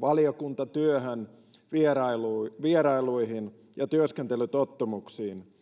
valiokuntatyöhön vierailuihin vierailuihin ja työskentelytottumuksiin